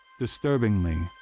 disturbingly,